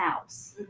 house